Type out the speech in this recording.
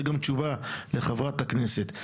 זו גם התשובה לחברת הכנסת.